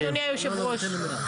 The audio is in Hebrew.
אדוני היושב-ראש,